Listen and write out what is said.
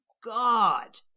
god